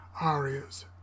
arias